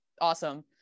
awesome